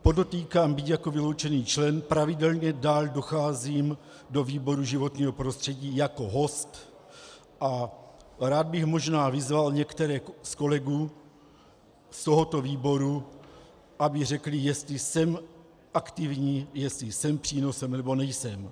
Podotýkám, byť jako vyloučený člen, pravidelně dál docházím do výboru životního prostředí jako host a rád bych možná vyzval některé z kolegů z tohoto výboru, aby řekli, jestli jsem aktivní, jestli jsem přínosem, nebo nejsem.